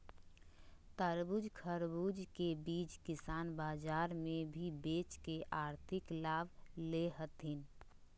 तरबूज, खरबूज के बीज किसान बाजार मे भी बेच के आर्थिक लाभ ले हथीन